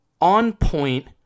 on-point